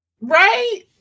right